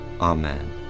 Amen